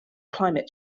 climate